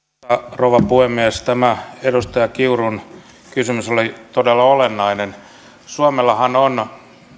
rouva puhemies tämä edustaja kiurun kysymys oli todella olennainen suomellahan on